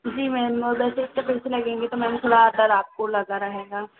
जी ma'am अगर लगेंगे तो थोड़ा आकर आपको लगा रहेगा